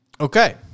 Okay